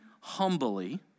humbly